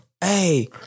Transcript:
Hey